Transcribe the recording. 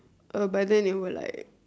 uh by then it will like